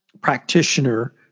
practitioner